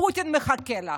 פוטין מחכה לך.